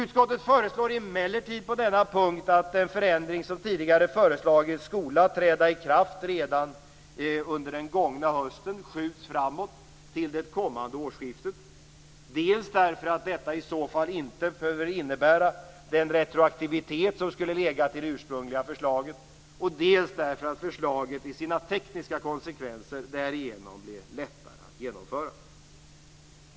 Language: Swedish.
Utskottet föreslår emellertid på denna punkt att den förändring som tidigare föreslagits träda i kraft redan under den gångna hösten skjuts framåt till det kommande årsskiftet, dels därför att detta i så fall inte behöver innebära den retroaktivitet som skulle legat i det ursprungliga förslaget, dels därför att förslaget i sina tekniska konsekvenser därigenom blir lättare att genomföra.